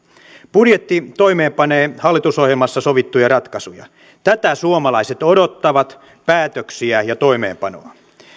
budjetti toimeenpanee hallitusohjelmassa sovittuja ratkaisuja tätä suomalaiset odottavat päätöksiä ja toimeenpanoa